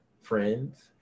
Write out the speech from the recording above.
friends